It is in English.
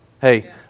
hey